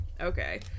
Okay